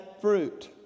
fruit